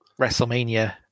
wrestlemania